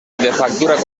factura